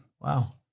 Wow